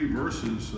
verses